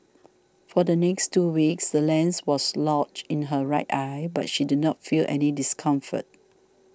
for the next two weeks the lens was lodged in her right eye but she did not feel any discomfort